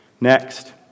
Next